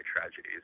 tragedies